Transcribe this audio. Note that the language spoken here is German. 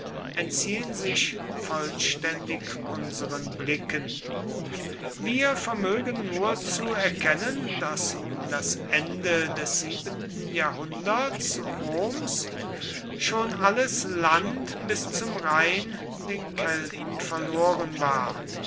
entziehen sich vollständig unseren blicken wir vermögen nur zu erkennen daß um das ende des siebenten jahrhunderts roms schon alles land bis zum rhein den kelten verloren war